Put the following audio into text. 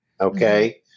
okay